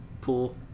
pool